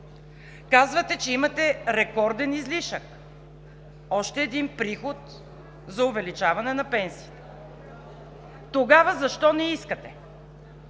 Казвате, че имате рекорден излишък – още един приход за увеличаване на пенсиите. Тогава защо не искате?!